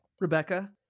Rebecca